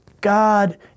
God